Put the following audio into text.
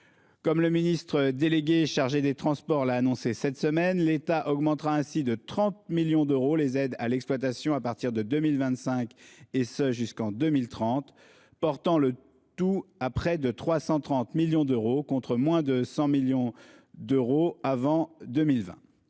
Comme le ministre délégué chargé des transports l'a annoncé cette semaine, l'État augmentera ainsi de 30 millions d'euros le montant des aides à l'exploitation à partir de 2025 et ce jusqu'en 2030, portant le tout à près de 330 millions d'euros, contre moins de 100 millions d'euros avant 2020.